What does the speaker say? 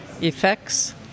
effects